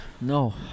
No